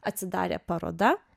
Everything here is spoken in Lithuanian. atsidarė paroda